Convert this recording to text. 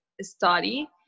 study